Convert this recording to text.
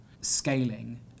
scaling